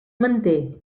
manté